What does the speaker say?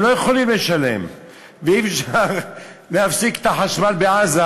הם לא יכולים לשלם ואי-אפשר להפסיק את החשמל בעזה,